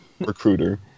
Recruiter